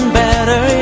better